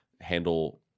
handle